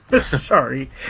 sorry